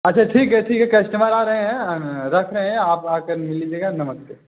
अच्छा ठीक है ठीक है कस्टमर आ रहे हैं हम रख रहे है आप आकर ले लीजिएगा नमस्ते